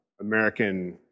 American